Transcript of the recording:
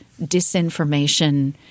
disinformation